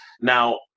Now